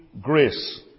grace